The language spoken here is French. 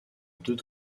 deux